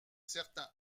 certain